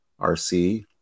rc